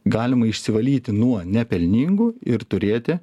galima išsivalyti nuo nepelningų ir turėti